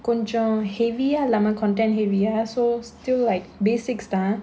கொஞ்சம்:konjam heavy ah இல்லாம:illaama content heavy ya so still like basics தான்:dhaan